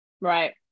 right